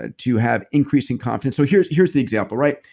ah to have increasing confidence so here's here's the example, right?